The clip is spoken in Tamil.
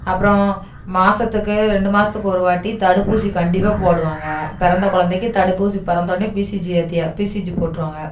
அப்புறம் மாதத்துக்கு ரெண்டு மாதத்துக்கு ஒரு வாட்டி தடுப்பூசி கண்டிப்பாக போடுவாங்க பிறந்த குழந்தைக்கி தடுப்பூசி பிறந்தவுனே பிசிசி ஏத்தியா பிசிசி போட்டுருவாங்க